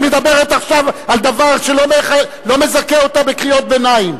היא מדברת עכשיו על דבר שלא מזכה אותה בקריאות ביניים.